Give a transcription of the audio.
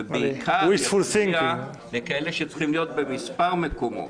ובעיקר יפריע לכאלה שצריכים להיות במספר מקומות.